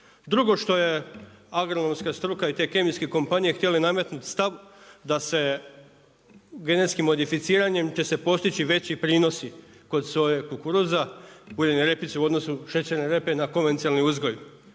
Drugo što je agronomska struka i te kemijske kompanije htjele nametnut stav da se genetskim modificiranjem će se postići veći prinosi kod soje, kukuruza, uljene repice u odnosu, šećerne repe na konvencijalni uzgoj.